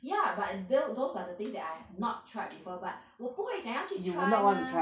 ya but I tho~ those are the things that I have not tried before but 我不会想要去 try mah